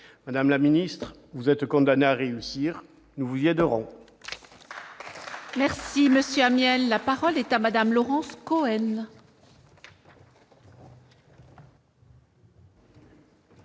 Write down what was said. Madame la ministre, vous êtes condamnée à réussir : nous vous y aiderons ! La parole est à Mme Laurence Cohen.